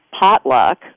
potluck